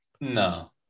No